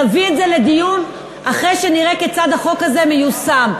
נביא את זה לדיון אחרי שנראה כיצד החוק הזה מיושם.